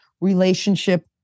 relationship